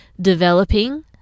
developing